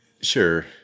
Sure